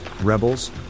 Rebels